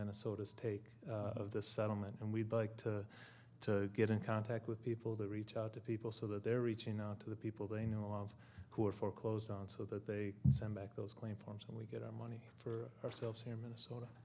minnesota state of the settlement and we'd like to get in contact with people that reach out to people so that they're reaching out to the people they know who are foreclosed on so that they send back those claim forms and we get our money for ourselves here in minnesota